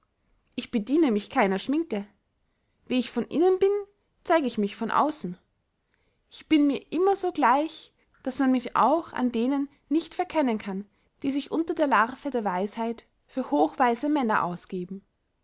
ich bediene mich keiner schminke wie ich von innen bin zeig ich mich von aussen ich bin mir immer so gleich daß man mich auch an denen nicht verkennen kann die sich unter der larve der weisheit für hochweise männer ausgeben